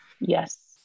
Yes